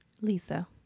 Lisa